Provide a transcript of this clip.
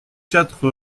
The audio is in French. quatre